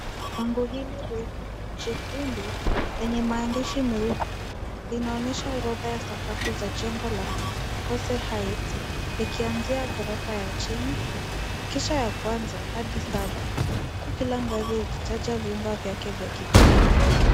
Bango hili refu jekundu, lenye maandishi meupe, linaonyesha orodha ya sakafu za jengo la Kose Heights, likianzia ghorofa ya chini, kisha ya kwanza hadi saba, huku kila ngazi ikitaja vyumba vyake vya kipekee.